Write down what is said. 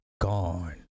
gone